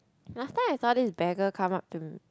last time I saw this beggar come up